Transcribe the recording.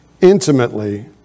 intimately